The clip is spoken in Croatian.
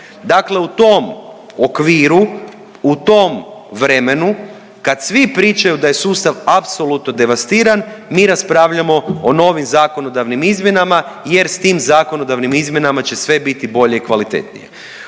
Dakle, u tom okviru, u tom vremenu kad svi pričaju da je sustav apsolutno devastiran mi raspravljamo o novim zakonodavnim izmjenama jer sa tim zakonodavnim izmjenama će sve biti bolje i kvalitetnije.